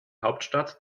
hauptstadt